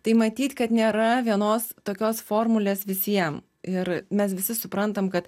tai matyt kad nėra vienos tokios formulės visiem ir mes visi suprantam kad